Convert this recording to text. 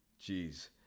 Jeez